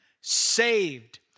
saved